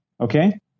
okay